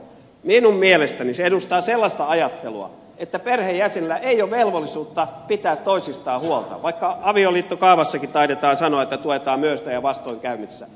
minun mielestäni se edustaa sellaista ajattelua että perheenjäsenillä ei ole velvollisuutta pitää toisistaan huolta vaikka avioliittokaavassakin taidetaan sanoa että tuetaan myötä ja vastoinkäymisissä